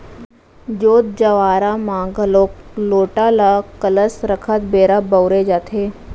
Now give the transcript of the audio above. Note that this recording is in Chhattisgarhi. जोत जँवारा म घलोक लोटा ल कलस रखत बेरा बउरे जाथे